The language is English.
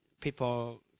people